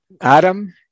Adam